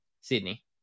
Sydney